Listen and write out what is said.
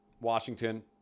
Washington